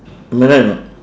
am I right or not